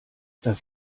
das